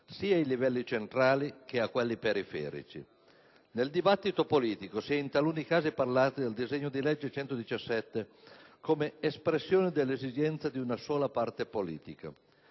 sia ai livelli centrali che a quelli periferici. Nel dibattito politico si è in taluni casi parlato del disegno di legge n. 1117 come espressione dell'esigenza di una sola parte politica.